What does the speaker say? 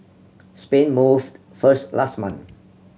Spain moved first last month